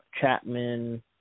Chapman